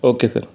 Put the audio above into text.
okay sir